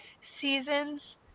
seasons